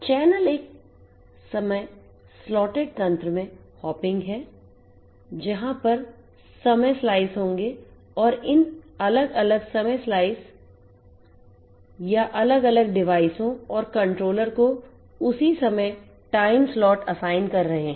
channel एक समय slotted तंत्र में hopping है जहाँ पर समय स्लाइस होंगे और इन अलग अलग समय स्लाइस या अलग अलग डिवाइसों औरcontroller को उसी समय टाइम स्लॉट असाइन कर रहे हैं